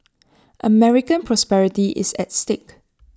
American prosperity is at stake